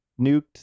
nuked